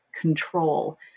control